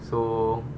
so